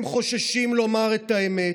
הם חוששים לומר את האמת,